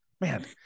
man